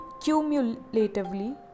cumulatively